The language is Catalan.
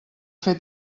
fer